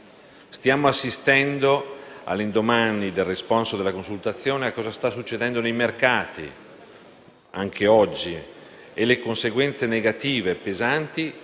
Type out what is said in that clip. Stiamo assistendo, all'indomani del responso della consultazione, a cosa sta accadendo nei mercati, anche oggi, ed alle conseguenze negative e pesanti